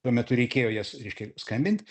tuo metu reikėjo reiškia skambint